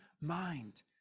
mind